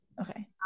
okay